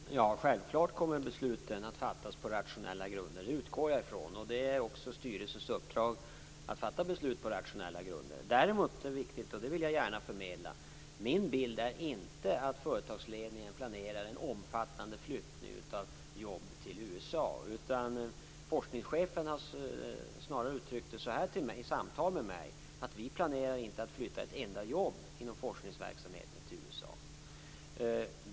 Fru talman! Ja, självfallet kommer besluten att fattas på rationella grunder. Det utgår jag från. Det är också styrelsens uppdrag att fatta beslut på rationella grunder. Däremot är det inte min bild att företagsledningen planerar en omfattande flyttning av jobb till USA. Forskningschefen har i samtal med mig snarare uttryckt att man inte planerar att flytta ett enda jobb inom forskningsverksamheten till USA.